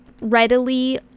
readily